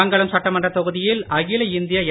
மங்கலம் சட்டமன்றத் தொகுதியில் அகில இந்திய என்